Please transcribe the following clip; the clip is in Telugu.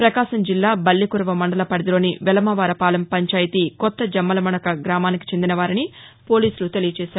ప్రకాశంజిల్లా బల్లికురవ మండల పరిధిలోని వెలమవారపాలెం పంచాయతీ కొత్త జమ్మలమడక గ్రామానికి చెందిన వారని పోలీసులు తెలిపారు